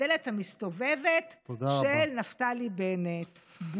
הדלת המסתובבת של נפתלי בנט.